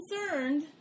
concerned